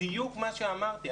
בדיוק מה שאמרתי.